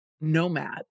nomad